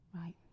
right